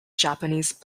japanese